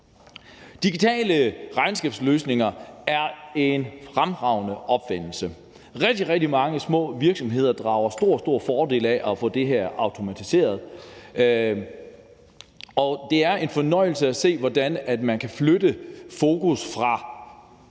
Digitale regnskabsløsninger er en fremragende opfindelse. Rigtig, rigtig mange små virksomheder drager stor, stor fordel af at få det her automatiseret, og det er en fornøjelse at se, hvordan man kan flytte fokus,